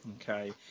Okay